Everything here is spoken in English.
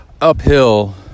uphill